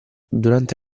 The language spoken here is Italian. durante